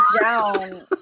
down